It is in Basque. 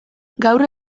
gaur